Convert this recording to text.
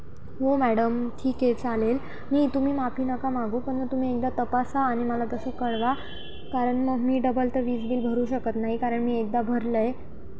हो मॅडम ठीक आहे चालेल नाही तुम्ही माफी नका मागू पण मग तुम्ही एकदा तपासा आणि मला तसं कळवा कारण मग मी डबल तर वीज बिल भरू शकत नाही कारण मी एकदा भरलं आहे